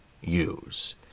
use